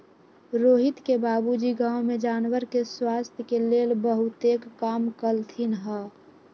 रोहित के बाबूजी गांव में जानवर के स्वास्थ के लेल बहुतेक काम कलथिन ह